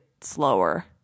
slower